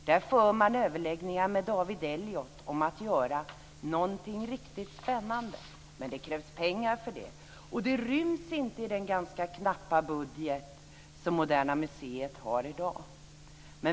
Där för man överläggningar med David Elliott om att göra någonting riktigt spännande, men det krävs pengar för det. Det ryms inte i den ganska knappa budget som Moderna museet har i dag.